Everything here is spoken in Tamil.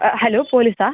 ஹலோ போலீஸ்ஸா